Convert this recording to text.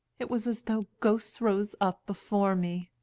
it was as though ghosts rose up before me.